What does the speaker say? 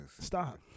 Stop